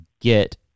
get